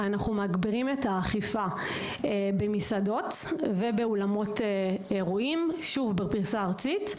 אנחנו מגבירים את האכיפה במסעדות ובאולמות אירועים בפריסה ארצית.